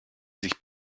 sich